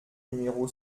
numéro